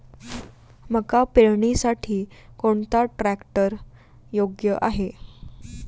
मका पेरणीसाठी कोणता ट्रॅक्टर योग्य आहे?